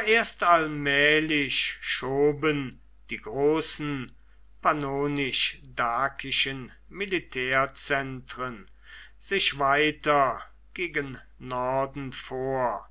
erst allmählich schoben die großen pannonisch dakischen militärzentren sich weiter gegen norden vor